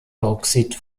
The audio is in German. bauxit